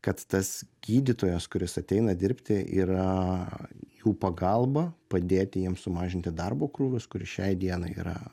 kad tas gydytojas kuris ateina dirbti yra jų pagalba padėti jiems sumažinti darbo krūvius kuris šiai dienai yra